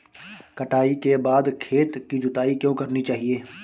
कटाई के बाद खेत की जुताई क्यो करनी चाहिए?